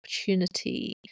opportunity